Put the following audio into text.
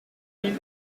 mille